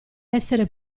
essere